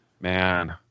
man